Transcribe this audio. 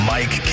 Mike